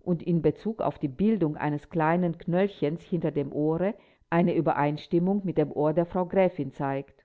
und in bezug auf die bildung eines kleinen knöllchens hinter dem ohre eine übereinstimmung mit dem ohr der frau gräfin zeigt